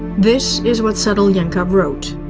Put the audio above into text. this is what sadilenko wrote.